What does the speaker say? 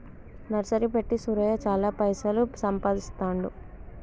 nursery పెట్టి సూరయ్య చాల పైసలు సంపాదిస్తాండు